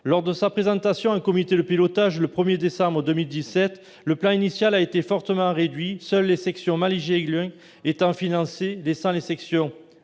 Lors de sa présentation en comité de pilotage, le 1 décembre 2017, le plan initial a été fortement réduit, seules les sections Malijai-Aiglun étant financées, laissant les sections